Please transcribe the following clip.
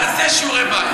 תעשה שיעורי בית,